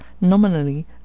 nominally